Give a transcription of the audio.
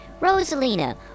Rosalina